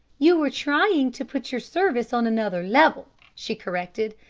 you are trying to put your service on another level, she corrected.